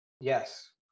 Yes